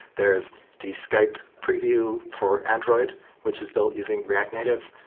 there is the skype preview for android which is build using react native.